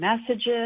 messages